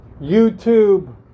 YouTube